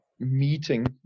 meeting